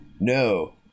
no